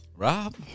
Rob